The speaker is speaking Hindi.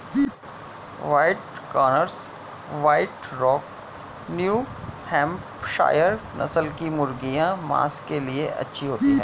white Cornish, white rock, new Hampshire नस्ल की मुर्गियाँ माँस के लिए अच्छी होती हैं